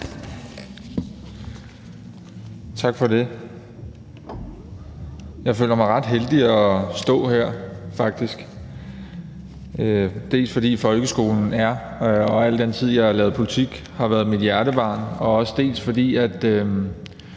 Tak for det. Jeg føler mig ret heldig over at stå her faktisk, dels fordi folkeskolen er og i al den tid, jeg har lavet politik, har været mit hjertebarn, dels fordi jeg